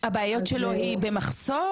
הבעיות שלו במחסור?